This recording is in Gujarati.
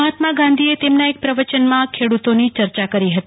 મહાત્મા ગાંધીએ તેમના એક પ્રવચનમાં ખેડૂતોની ચર્ચા કરી હતી